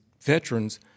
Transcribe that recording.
veterans